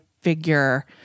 figure